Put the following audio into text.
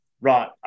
right